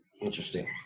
Interesting